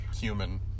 human